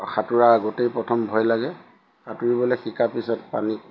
সাঁতোৰা আগতেই প্ৰথম ভয় লাগে সাঁতুৰিবলৈ শিকাৰ পিছত পানীত